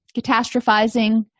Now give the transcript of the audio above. catastrophizing